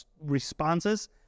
responses